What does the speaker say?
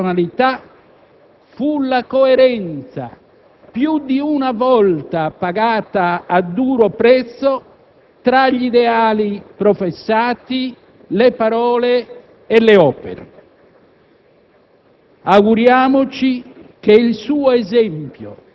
Tratto principale della sua ricca personalità fu la coerenza, più di una volta pagata a duro prezzo, tra gli ideali professati, le parole e le opere.